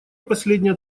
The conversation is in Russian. последняя